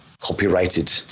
copyrighted